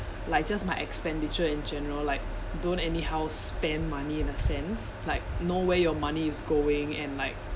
like just my expenditure in general like don't anyhow spend money in a sense like know way your money is going and like